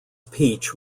peach